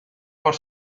por